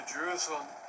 Jerusalem